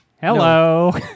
Hello